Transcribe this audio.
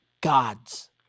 gods